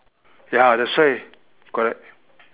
ya that's why correct